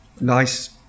nice